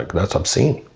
that's obscene.